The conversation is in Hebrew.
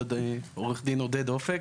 עו"ד עודד אופק,